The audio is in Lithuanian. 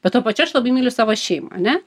bet tuo pačiu aš labai myliu savo šeimą ane